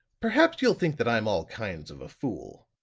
perhaps you'll think that i'm all kinds of a fool,